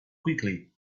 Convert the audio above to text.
quickly